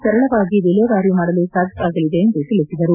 ಸರಳವಾಗಿ ವಿಲೇವಾರಿ ಮಾಡಲು ಸಾಧ್ಯವಾಗಲಿದೆ ಎಂದು ತಿಳಿಸಿದರು